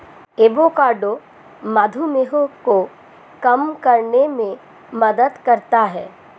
avocado मधुमेह को कम करने में मदद करता है